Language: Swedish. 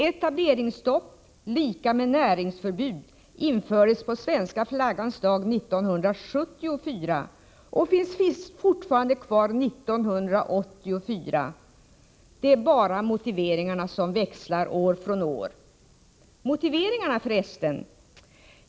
Etableringsstopp, lika med näringsförbud, infördes på Svenska flaggans dag 1974 och finns fortfarande kvar 1984. Det är bara motiveringarna som växlar år från år. Motiveringarna för resten!